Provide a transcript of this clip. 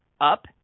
up